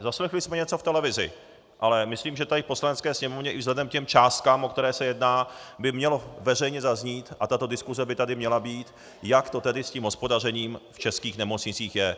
Zaslechli jsme něco v televizi, ale myslím, že tady v Poslanecké sněmovně i vzhledem k těm částkám, o které se jedná, by mělo veřejně zaznít, a tato diskuse by tady měla být, jak to tedy s tím hospodařením v českých nemocnicích je.